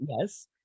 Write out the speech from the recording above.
Yes